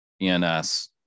ENS